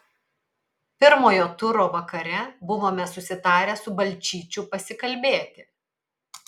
pirmojo turo vakare buvome susitarę su balčyčiu pasikalbėti